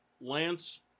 Lance